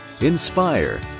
inspire